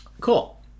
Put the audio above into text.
Cool